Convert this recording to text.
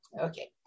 okay